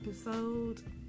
episode